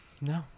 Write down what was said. No